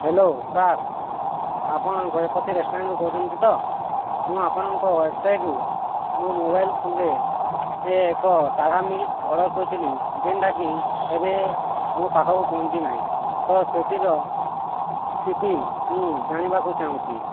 hello sir ଆପଣ ଗଜପତି ରେଷ୍ଟୁରାଣ୍ଟରୁ କହୁଛନ୍ତି ତ ମୁଁ ଆପଣଙ୍କ ୱେବସାଇଟରୁ ମୋ ମୋବାଇଲ୍ସରେ ଏକ ସାଧା ମିଲ୍ ଅର୍ଡ଼ର କରିଥିଲି ଯେନ୍ଟା କି ଏବେ ମୋ ପାଖକୁ ପହଞ୍ଚି ନାହିଁ ତ ସେଥିର ସ୍ଥିତି ମୁଁ ଜାଣିବାକୁ ଚାହୁଁଛି